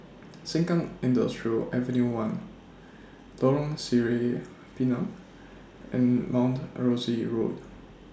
Sengkang Industrial Ave one Lorong Sireh Pinang and Mount A Rosie Road